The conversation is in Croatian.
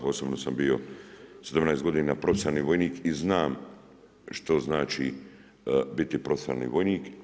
Osobno sam bio 17 godina profesionalni vojnik i znam što znači biti profesionalni vojnik.